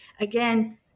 again